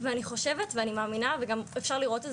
ואני חושבת ואני מאמינה וגם אפשר לראות את